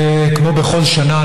וכמו בכל שנה,